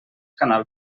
canal